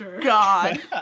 God